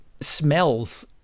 smells